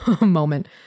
moment